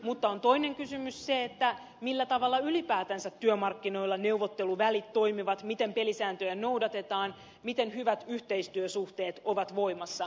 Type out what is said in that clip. mutta on toinen kysymys se millä tavalla ylipäätänsä työmarkkinoilla neuvotteluvälit toimivat miten pelisääntöjä noudatetaan miten hyvät yhteistyösuhteet ovat voimassa